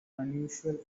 unusual